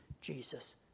Jesus